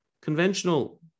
conventional